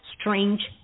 strange